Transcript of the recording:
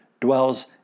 dwells